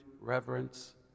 reverence